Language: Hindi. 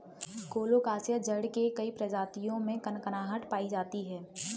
कोलोकासिआ जड़ के कई प्रजातियों में कनकनाहट पायी जाती है